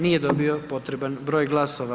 Nije dobio potreban broj glasova.